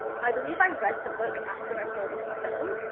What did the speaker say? i believe i read the book after i saw the film.